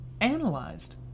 analyzed